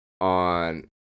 on